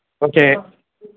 okay